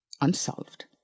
unsolved